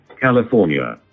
California